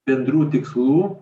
bendrų tikslų